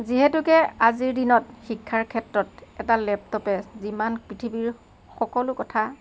যিহেতুকে আজিৰ দিনত শিক্ষাৰ ক্ষেত্ৰত এটা লেপটপে যিমান পৃথিৱীৰ সকলো কথা